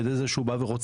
על ידי זה שהוא בא ורוצח,